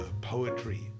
poetry